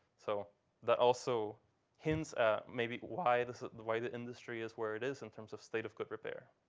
so that also hints at maybe why the so why the industry is where it is in terms of state of grid repair.